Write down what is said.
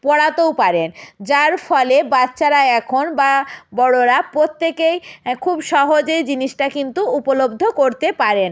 পড়াতেও পারেন যার ফলে বাচ্চারা এখন বা বড়োরা প্রত্যেকেই খুব সহজেই জিনিসটা কিন্তু উপলব্ধ করতে পারেন